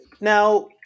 now